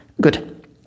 Good